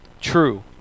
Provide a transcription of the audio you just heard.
True